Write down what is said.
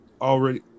already